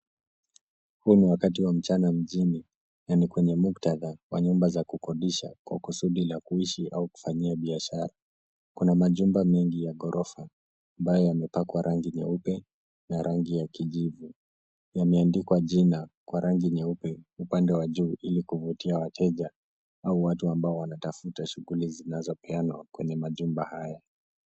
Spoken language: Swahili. Huu ni wakati wa mchana mjini na ni kwenye muktadha wa nyumba za kukodisha kwa kusudi la kuishi au kufanyia biashara . Kuna majumba mengi ya ghorofa ambayo yamepakwa rangi nyeupe na rangi ya kijivu . Yameandikwa jina kwa rangi nyeupe upande wa juu ili kuvutia wateja au watu ambao wanatafuta shughuli zinazopeanwa kwenye majumba haya.